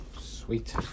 sweet